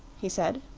he said,